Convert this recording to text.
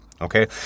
okay